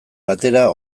batera